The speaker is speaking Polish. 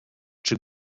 czy